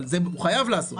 אבל זה הוא חייב לעשות.